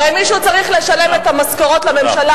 הרי מישהו צריך לשלם את המשכורות לממשלה